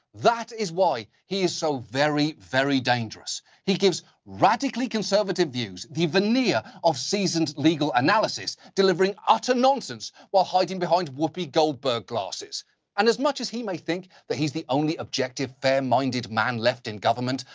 that is why he is so very, very dangerous. he gives radically conservative views, the veneer of seasoned legal analysis, delivering utter nonsense while hiding behind whoopi goldberg glasses and as much as he may think that he's the only objective, fair-minded man left in government,